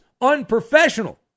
unprofessional